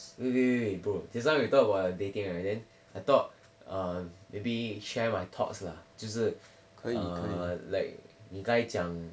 wait wait wait bro just now we talk about your dating right then I thought uh maybe share my thoughts lah 就是 err like 你刚才讲